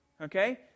Okay